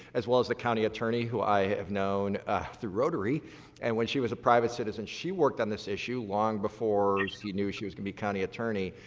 as well as the county attorney who i have known through rotary and when she was a private citizen. she worked on this issue long before she knew she was going to be county attorney.